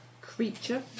creature